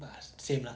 but ah same lah